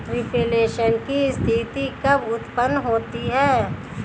Reflation की स्थिति कब उत्पन्न होती है?